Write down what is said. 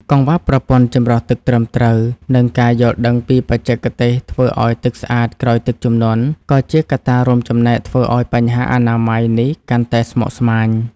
កង្វះប្រព័ន្ធចម្រោះទឹកត្រឹមត្រូវ និងការយល់ដឹងពីបច្ចេកទេសធ្វើឱ្យទឹកស្អាតក្រោយទឹកជំនន់ ក៏ជាកត្តារួមចំណែកធ្វើឱ្យបញ្ហាអនាម័យនេះកាន់តែស្មុគស្មាញ។